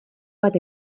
bat